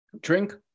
drink